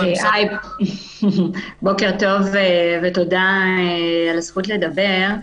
בוקר טוב, ותודה על הזכות לדבר.